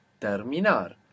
Terminar